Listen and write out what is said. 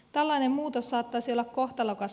tällainen muutos saattaisi olla kohtalokas